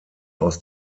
aus